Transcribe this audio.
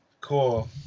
cool